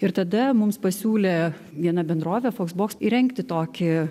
ir tada mums pasiūlė viena bendrovė foxbox įrengti tokį